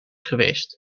geweest